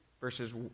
verses